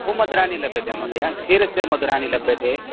बहु मधुराणि लभ्यते महोदय क्षीरस्य मधुराणि लभ्यते